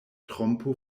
trompo